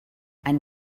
ein